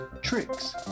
tricks